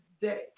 day